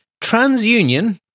TransUnion